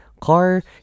car